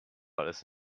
alles